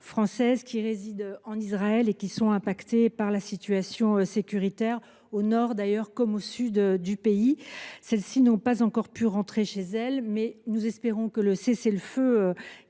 qui résident en Israël et qui sont touchées par la situation sécuritaire. Cela vaut, d’ailleurs, au nord comme au sud du pays. Ces familles n’ont pas encore pu rentrer chez elles, mais nous espérons que le cessez le feu